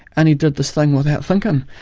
and he did this thing without thinking.